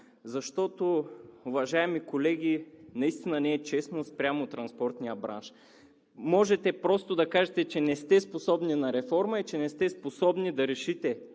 Защото, уважаеми колеги, наистина не е честно спрямо транспортния бранш. Можете просто да кажете, че не сте способни на реформа и че не сте способни да решите